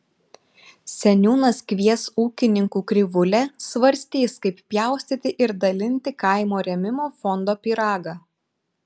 seniūnas kvies ūkininkų krivūlę svarstys kaip pjaustyti ir dalinti kaimo rėmimo fondo pyragą